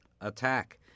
attack